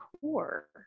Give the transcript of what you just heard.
core